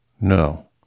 no